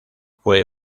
fue